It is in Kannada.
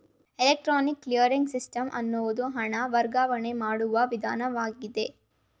ಎಲೆಕ್ಟ್ರಾನಿಕ್ ಕ್ಲಿಯರಿಂಗ್ ಸಿಸ್ಟಮ್ ಎನ್ನುವುದು ಹಣ ವರ್ಗಾವಣೆ ಮಾಡುವ ವಿಧಾನವಾಗಿದೆ